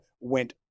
went